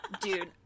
dude